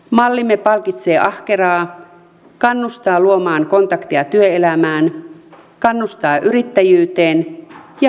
mallimme palkitsee ahkeraa kannustaa luomaan kontakteja työelämään kannustaa yrittäjyyteen ja huomioi perheelliset